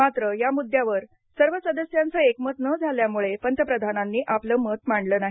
मात्र या मुद्द्यावर सर्व सदस्यांचं एकमत न झाल्यामुळे पंतप्रधानांनी आपले मत मांडले नाही